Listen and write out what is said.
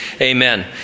amen